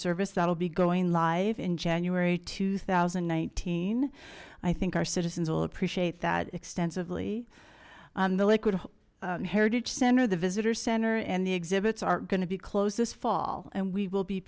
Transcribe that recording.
service that'll be going live in january two thousand and nineteen i think our citizens will appreciate that extensively the liquid heritage center the visitor center and the exhibits aren't going to be closed this fall and we will be